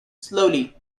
slowly